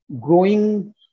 growing